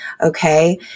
Okay